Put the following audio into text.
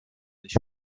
ich